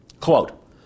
Quote